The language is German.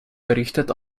berichtet